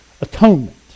atonement